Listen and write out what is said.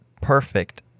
perfect